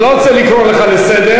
אני לא רוצה לקרוא אותך לסדר,